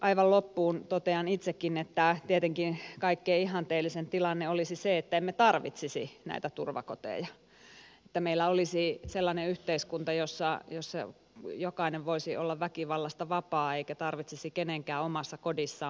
aivan loppuun totean itsekin että tietenkin kaikkein ihanteellisin tilanne olisi se että emme tarvitsisi näitä turvakoteja että meillä olisi sellainen yhteiskunta jossa jokainen voisi olla väkivallasta vapaa eikä kenenkään tarvitsisi omassa kodissaan pelätä